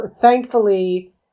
Thankfully